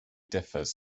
differs